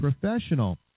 professional